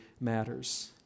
matters